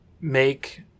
make